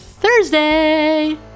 thursday